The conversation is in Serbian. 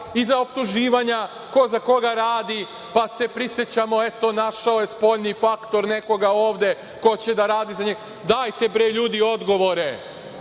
iza optuživanja ko za koga rada, pa se prisećamo eto, našao je spoljni faktor, nekoga ovde ko će da radi za njih. Dajte, bre, ljudi, odgovore,